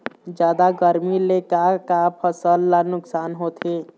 जादा गरमी ले का का फसल ला नुकसान होथे?